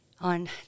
on